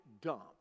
dump